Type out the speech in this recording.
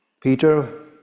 Peter